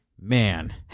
man